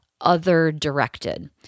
other-directed